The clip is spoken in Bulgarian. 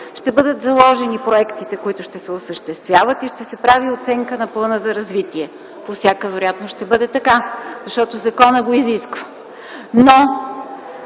ще бъдат заложени проектите, които ще се осъществяват и ще се прави оценка на плана за развитие. По всяка вероятност ще бъде така, защото законът го изисква,